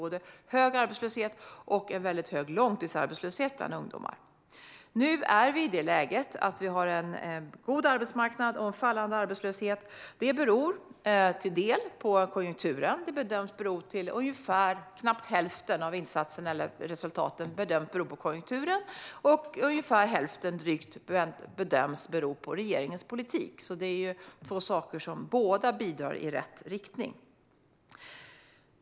Det var både hög arbetslöshet och en väldigt hög långtidsarbetslöshet bland ungdomar. Nu är vi i ett läge med en god arbetsmarknad och en fallande arbetslöshet. Knappt hälften av resultaten bedöms bero på konjunkturen och drygt hälften bedöms bero på regeringens politik, så det är två saker som båda bidrar i rätt riktning.